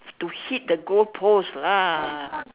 to hit the goal post lah